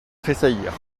tressaillirent